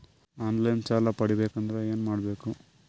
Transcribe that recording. On line ಸಾಲ ಪಡಿಬೇಕಂದರ ಏನಮಾಡಬೇಕು?